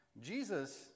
Jesus